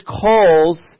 calls